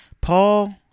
Paul